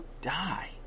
die